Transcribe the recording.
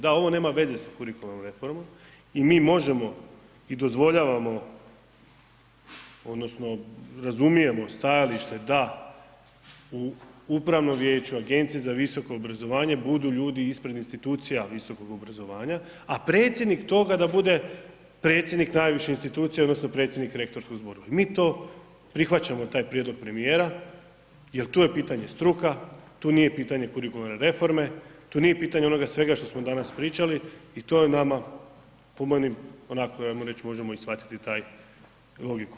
Da, ovo nema veze sa kurikularnom reformom i mi možemo i dozvoljavamo odnosno razumijemo stajalište da u upravnom vijeću u Agenciji za visoko obrazovanje budu ljudi ispred institucija visokog obrazovanja, a predsjednik toga da bude predsjednik najviše institucije odnosno predsjednik rektorskog zbora, mi to prihvaćamo taj prijedlog premijera jel to je pitanje struka, to nije pitanje kurikularne reforme, to nije pitanje onoga svega što smo danas pričali i to je nama, po meni, onako ajmo reć, možemo i shvatiti taj logiku.